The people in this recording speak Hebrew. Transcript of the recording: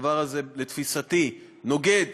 הדבר הזה, לתפיסתי, מנוגד